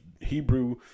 Hebrew